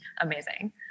amazing